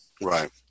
Right